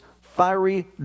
fiery